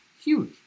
Huge